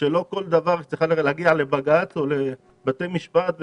ושלא כל דבר יצטרך להגיע לבג"ץ או לבתי המשפט,